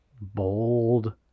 bold